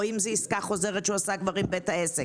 או אם זאת עסקה חוזרת שהוא עשה כבר עם בית העסק,